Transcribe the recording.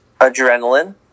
Adrenaline